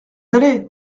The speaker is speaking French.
allez